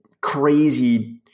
crazy